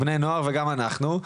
בני נוער וגם אנחנו,